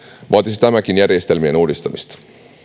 vaatisi tämäkin järjestelmien uudistamista